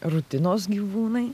rutinos gyvūnai